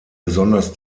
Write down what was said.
besonders